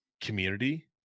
community